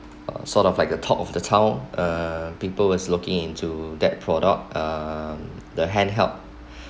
uh sort of like a top of the town uh people was looking into that product um the handheld